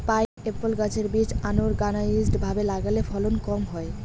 pineapple গাছের বীজ unorganised ভাবে লাগালে ফলন কম হয়